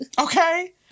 Okay